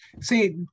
See